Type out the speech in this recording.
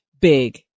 big